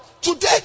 Today